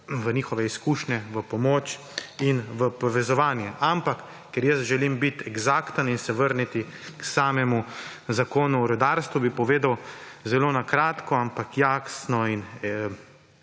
v njihove izkušnje, v pomoč in v povezovanje. Ampak, ker jaz želim biti eksakten in se vrniti k Zakonu o rudarstvu, bi povedal zelo kratko, ampak jasno in